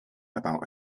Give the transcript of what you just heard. about